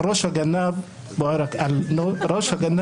על ראש הגנב בוער הכובע.